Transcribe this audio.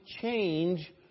change